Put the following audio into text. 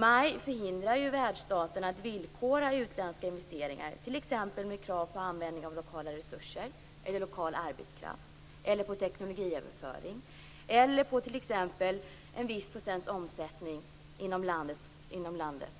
MAI förhindrar ju världsstaten att villkora utländska inventeringar, t.ex. med krav på användning av lokala resurser eller lokal arbetskraft, eller när det gäller teknologiöverföring eller en viss procents omsättning inom landet.